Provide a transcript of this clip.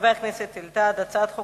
אפשר לצרף את ההצבעה